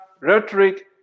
rhetoric